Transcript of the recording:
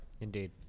Indeed